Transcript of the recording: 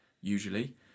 usually